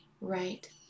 right